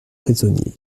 prisonniers